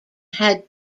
had